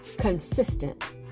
consistent